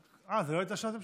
אה, זאת לא הייתה שאלת המשך.